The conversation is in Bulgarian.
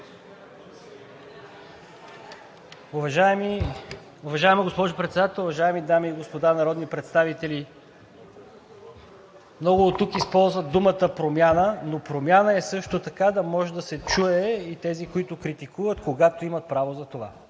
Уважаема госпожо Председател, уважаеми дами и господа народни представители! Много оттук използват думата „промяна“, но промяна е също така да може да се чуят и тези, които критикуват, когато имат право за това.